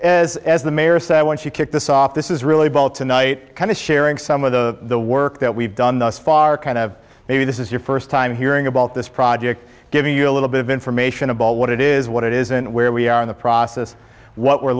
and as the mayor said when she kicked this off this is really ball tonight kind of sharing some of the work that we've done thus far kind of maybe this is your first time hearing about this project giving you a little bit of information about what it is what it is and where we are in the process what we're